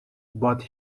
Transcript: but